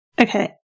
Okay